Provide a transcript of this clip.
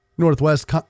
northwest